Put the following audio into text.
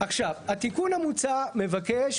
התיקון המוצע מבקש,